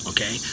Okay